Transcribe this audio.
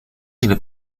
île